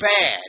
bad